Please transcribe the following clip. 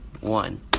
one